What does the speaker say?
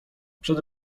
przede